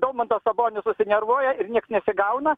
domantas sabonis susinervuoja ir nieks nesigauna